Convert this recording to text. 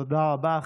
תודה רבה.